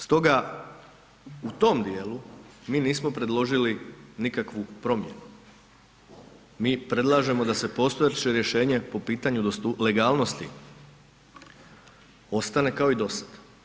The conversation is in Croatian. Stoga u tom dijelu mi nismo predložili nikakvu promjenu, mi predlažemo da se postojeće rješenje po pitanju legalnosti ostane kao i do sada.